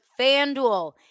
FanDuel